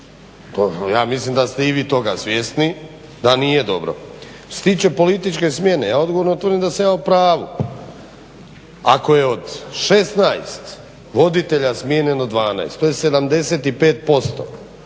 Ja mislim da ste i vi toga svjesni, da nije dobro. Što se tiče političke smjene ja odgovorno tvrdim da sam ja u pravu. Ako je od 16 voditelja smijenjeno 12, to je 75%,